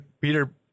Peter